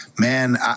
Man